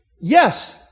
yes